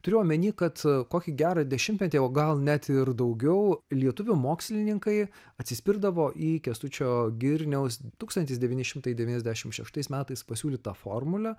turiu omeny kad kokį gerą dešimtmetį o gal net ir daugiau lietuvių mokslininkai atsispirdavo į kęstučio girniaus tūkstantis devyni šimtai devyniasdešim šeštais metais pasiūlytą formulę